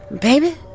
Baby